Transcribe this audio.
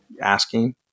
asking